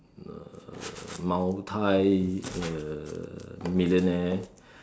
uh multi uh millionaire